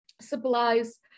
supplies